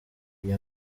iyi